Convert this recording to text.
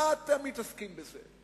מה אתם מתעסקים בזה?